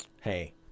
hey